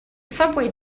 subway